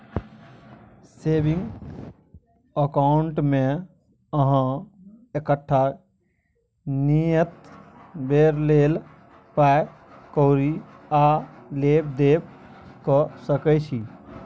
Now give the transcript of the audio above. saving अकाउंटमे अहाँ एकटा नियत बेर लेल पाइ कौरी आ लेब देब कअ सकै छी